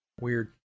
weird